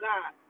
God